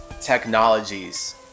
technologies